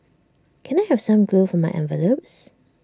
can I have some glue for my envelopes